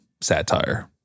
satire